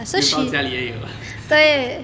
面包家里也有啊